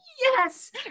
yes